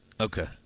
Okay